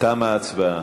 תמה ההצבעה.